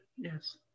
Yes